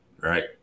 right